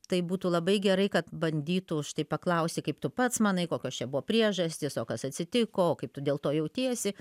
tai būtų labai gerai kad bandytų štai paklausti kaip tu pats manai kokios čia buvo priežastys o kas atsitiko o kaip tu dėl to jautiesi